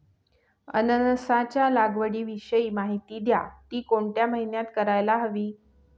अननसाच्या लागवडीविषयी माहिती द्या, ति कोणत्या महिन्यात करायला हवी?